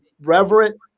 reverent